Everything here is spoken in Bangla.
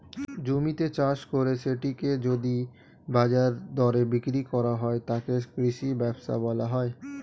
জমিতে চাষ করে সেটিকে যদি বাজার দরে বিক্রি করা হয়, তাকে কৃষি ব্যবসা বলা হয়